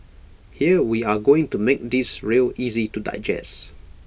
here we are going to make this real easy to digest